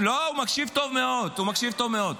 לא, הוא מקשיב טוב מאוד, הוא מקשיב טוב מאוד.